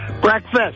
Breakfast